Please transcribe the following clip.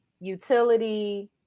utility